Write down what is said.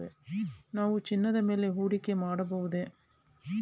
ನಾವು ಚಿನ್ನದ ಮೇಲೆ ಹೂಡಿಕೆ ಮಾಡಬಹುದೇ?